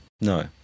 No